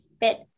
bit